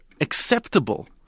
acceptable